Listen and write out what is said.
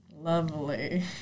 Lovely